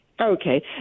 Okay